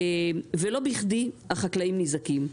ולא בכדי, החקלאים ניזוקים.